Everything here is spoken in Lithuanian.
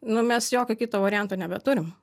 nu mes jokio kito varianto nebeturim